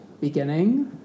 beginning